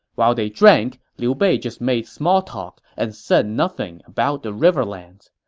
while they drank, liu bei just made small talk and said nothing about the riverlands.